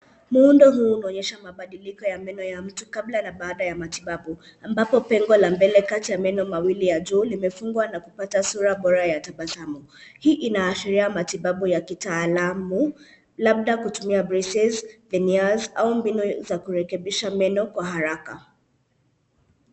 Muundo huu unaonyesha mabadiliko ya meno ya mtu kabla na baada ya matibabu, ambapo pengo la mbele kati ya meno mawili ya juu limefungwa na kupata sura bora ya tabasamu. Hii inaashiria matibabu ya kitaalamu, labda kutumia braces au mbinu za kurekebisha meno kwa haraka.